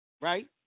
right